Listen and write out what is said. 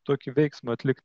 tokį veiksmą atlikt